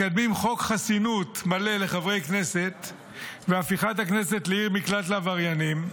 מקדמים חוק חסינות מלא לחברי כנסת והפיכת הכנסת לעיר מקלט לעבריינים.